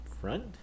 front